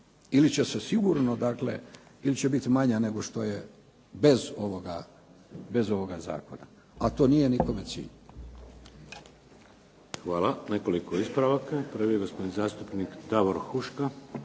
Ili će se sigurno, ili će biti manja nego što je bez ovoga zakona ali to nije nikome cilj. **Šeks, Vladimir (HDZ)** Hvala. Nekoliko ispravaka. Prvi je gospodin zastupnik Davor Huška.